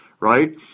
Right